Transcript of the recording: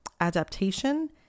adaptation